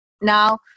now